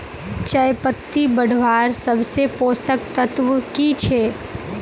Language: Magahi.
चयपत्ति बढ़वार सबसे पोषक तत्व की छे?